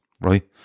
right